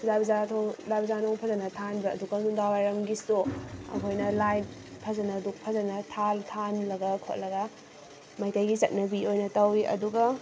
ꯂꯥꯏ ꯄꯨꯖꯥ ꯂꯥꯏ ꯄꯨꯖꯥ ꯅꯨꯡ ꯐꯖꯅ ꯊꯥꯟꯕ ꯑꯗꯨꯒ ꯅꯨꯡꯗꯥꯡꯋꯥꯏꯔꯝꯒꯤꯁꯨ ꯑꯩꯈꯣꯏꯅ ꯂꯥꯏ ꯐꯖꯅ ꯗꯨꯛ ꯐꯖꯅ ꯊꯥꯜꯂꯒ ꯈꯣꯠꯂꯒ ꯃꯩꯇꯩꯒꯤ ꯆꯠꯅꯕꯤ ꯑꯣꯏꯅ ꯇꯧꯋꯤ ꯑꯗꯨꯒ